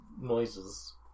noises